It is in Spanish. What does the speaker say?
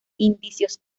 indicios